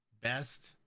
best